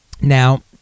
Now